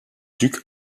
duc